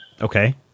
Okay